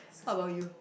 what about you